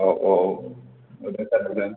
औ औ नुदों सार नुदों